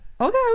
Okay